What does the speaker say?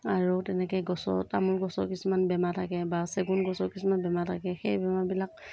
আৰু তেনেকৈ গছৰ তামোল গছৰ কিছুমান বেমাৰ থাকে বা চেগুন গছৰ কিছুমান বেমাৰ থাকে সেই বেমাৰবিলাক